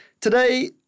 Today